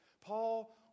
Paul